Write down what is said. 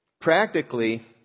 Practically